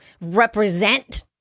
represent